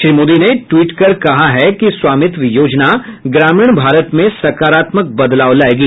श्री मोदी ने ट्वीट कर कहा है कि स्वामित्व योजना ग्रामीण भारत में सकारात्मक बदलाव लाएगी